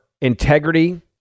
integrity